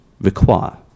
require